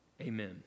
Amen